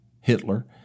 Hitler